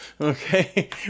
okay